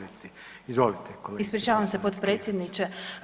Ispričavam se potpredsjedniče.